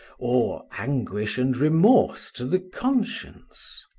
or anguish and remorse to the conscience.